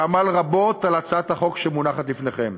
שעמל רבות על הצעת החוק שמונחת לפניכם: